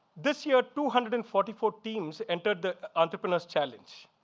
this year, two hundred and forty four teams entered the entrepreneurs challenge.